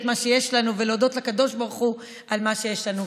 מה שיש לנו ולהודות לקדוש ברוך הוא על מה שיש לנו.